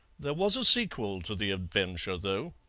there was a sequel to the adventure, though.